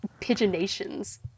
Pigeonations